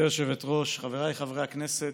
גברתי היושבת-ראש, חבריי חברי הכנסת,